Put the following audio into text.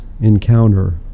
encounter